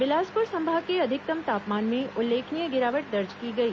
बिलासपुर संभाग के अधिकतम तापमान में उल्लेखनीय गिरावट दर्ज की गई